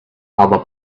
other